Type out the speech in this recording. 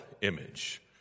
image